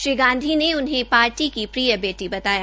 श्री गांधी ने उन्हें पार्टी की प्रिय बेटी बताया